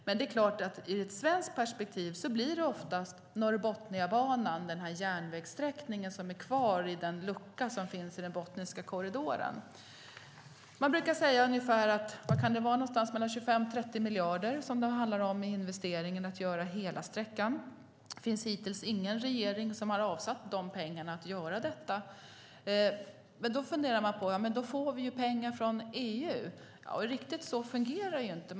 Men ur ett svenskt perspektiv blir det oftast Norrbotniabanan, järnvägssträckningen, som blir kvar i den lucka som finns i Botniska korridoren. Det handlar om någonstans mellan 25 och 30 miljarder i investering för att bygga hela sträckan. Det finns hittills ingen regering som har avsatt de pengarna till att göra detta. Då funderar man på om vi får pengar från EU, men riktigt så fungerar det inte.